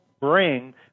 bring